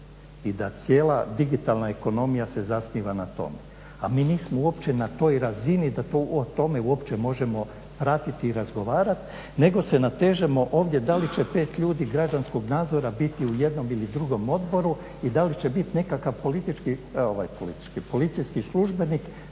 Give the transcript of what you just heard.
i da cijela digitalna ekonomija se zasniva na tome a mi nismo uopće na toj razini da o tome uopće možemo pratiti i razgovarat nego se natežemo ovdje da li će pet ljudi građanskog nadzora biti u jednom ili drugom odboru i da li će biti nekakav policijski službenik